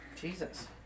Jesus